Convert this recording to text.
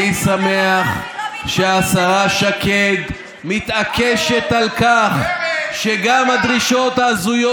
אני שמח שהשרה שקד מתעקשת על כך שגם הדרישות ההזויות